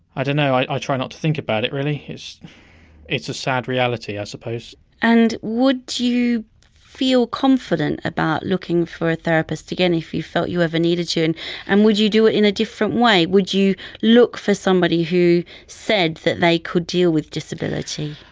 i don't know, i try not to think about it really. it's a sad reality i suppose and would you feel confident about looking for a therapist again, if you felt you ever needed to and would you do it in a different way, would you look for somebody who said that they could deal with disability?